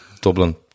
Dublin